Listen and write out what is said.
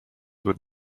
would